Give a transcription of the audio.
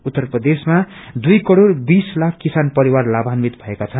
उत्तर प्रदेशमा दुई करोड़ बीस लाख किसान परिवार लामान्वित भएका छन्